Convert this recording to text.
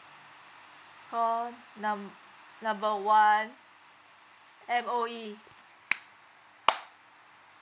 call num~ number one M_O_E